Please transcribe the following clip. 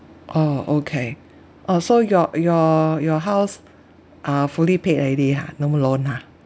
oh okay uh so your your your house are fully paid already ah no more loan ha